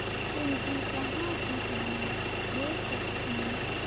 पूंजी कहां कहा भेज सकथन?